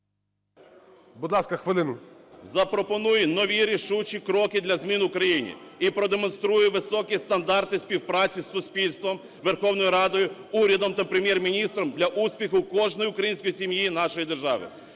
запропонує нові рішучі кроки для змін у країні і продемонструє високі стандарти співпраці з суспільством, Верховною Радою, урядом та Прем'єр-міністром для успіху кожної української сім'ї нашої держави.